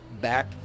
Back